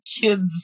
kid's